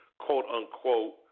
quote-unquote